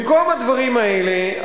במקום הדברים האלה,